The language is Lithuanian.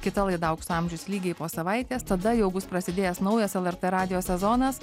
kita laida aukso amžius lygiai po savaitės tada jau bus prasidėjęs naujas lrt radijo sezonas